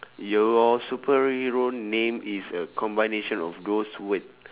your superhero name is a combination of those word